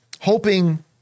hoping